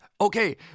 okay